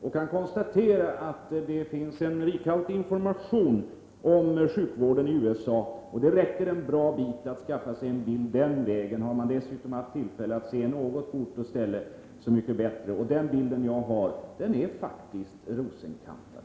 Jag kan konstatera att det finns en rikhaltig information om sjukvården i USA. Det räcker ett gott stycke, om man vill få en bild av läget i det avseendet. Har man dessutom haft tillfälle att se något på ort och ställe, är det så mycket bättre, och den bild jag har fått är faktiskt rosenkantad.